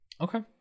okay